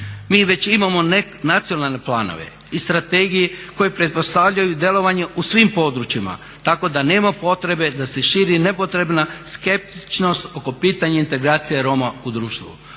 Mi već imamo nacionalne planove iz strategije koje pretpostavljaju djelovanje u svim područjima tako da nema potrebe da se širi nepotrebna skeptičnost oko pitanje integracije Roma u društvu.